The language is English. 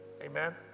Amen